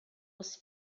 els